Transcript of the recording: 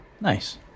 Nice